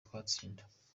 twatsinda